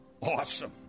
awesome